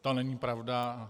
To není pravda.